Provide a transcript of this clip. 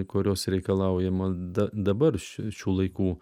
kurios reikalaujama dabar šių laikų